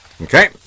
Okay